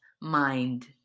mind